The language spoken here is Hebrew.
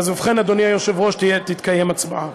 ובכן, אדוני היושב-ראש, תתקיים הצבעה.